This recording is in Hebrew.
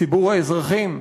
ציבור האזרחים,